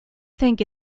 think